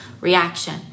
reaction